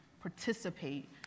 participate